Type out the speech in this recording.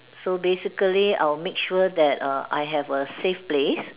so basically I will make sure that err I have a safe place